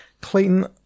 Clayton